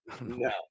No